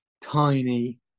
tiny